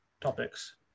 topics